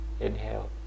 Inhale